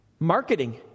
marketing